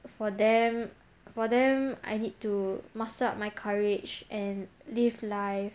for them for them I need to master up my courage and live life